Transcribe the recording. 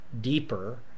deeper